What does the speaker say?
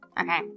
Okay